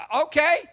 Okay